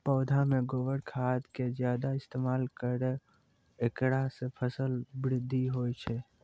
पौधा मे गोबर खाद के ज्यादा इस्तेमाल करौ ऐकरा से फसल बृद्धि होय छै?